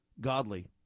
godly